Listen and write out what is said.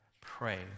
pray